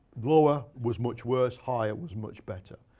lower was much worse, higher was much better.